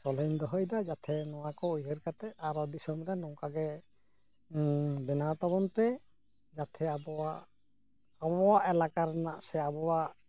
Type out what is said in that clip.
ᱥᱚᱞᱦᱮᱧ ᱫᱚᱦᱚᱭᱮᱫᱟ ᱡᱟᱛᱮ ᱱᱚᱣᱟ ᱠᱚ ᱩᱭᱦᱟᱹᱨ ᱠᱟᱛᱮᱫ ᱟᱨᱚ ᱫᱤᱥᱚᱢᱨᱮ ᱱᱚᱝᱠᱟᱜᱮ ᱵᱮᱱᱟᱣ ᱛᱟᱵᱚᱱ ᱯᱮ ᱡᱟᱛᱷᱮ ᱟᱵᱚᱣᱟᱜ ᱟᱵᱚᱣᱟᱜ ᱮᱞᱟᱠᱟ ᱨᱮᱱᱟᱜ ᱥᱮ ᱟᱵᱚᱣᱟᱜ